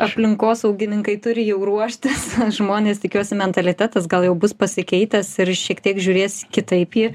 aplinkosauginkai turi jau ruoštis žmonės tikiuosi mentalitetas gal jau bus pasikeitęs ir šiek tiek žiūrės kitaip į